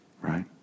right